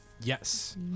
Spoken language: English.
Yes